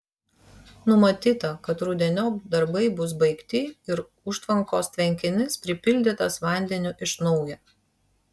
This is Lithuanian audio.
numatyta kad rudeniop darbai bus baigti ir užtvankos tvenkinys pripildytas vandeniu iš naujo